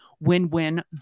win-win